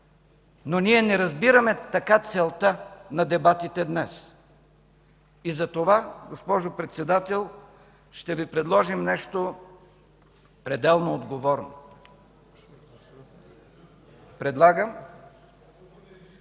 Ние не разбираме обаче така целта на дебатите днес. Госпожо Председател, ще Ви предложим нещо пределно отговорно. Предлагам